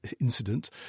incident